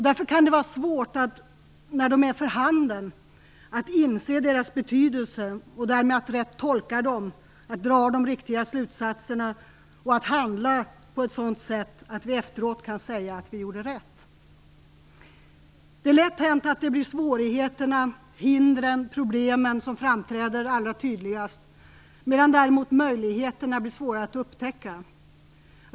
Därför kan det vara svårt när de är för handen att inse deras betydelse och därmed att rätt tolka dem, att dra de riktiga slutsatserna och att handla på ett sådant sätt att vi efteråt kan säga att vi gjorde rätt. Det är lätt hänt att det blir svårigheterna, hindren och problemen som framträder allra tydligast, medan däremot möjligheterna blir svåra att upptäcka.